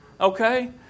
Okay